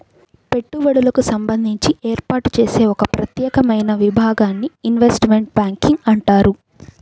పెట్టుబడులకు సంబంధించి ఏర్పాటు చేసే ఒక ప్రత్యేకమైన విభాగాన్ని ఇన్వెస్ట్మెంట్ బ్యాంకింగ్ అంటారు